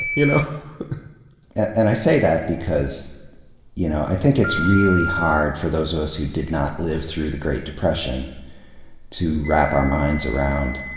you know and i say that because you know i think it's really hard for those of us who did not live through the great depression to wrap our minds around